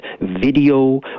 video